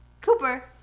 cooper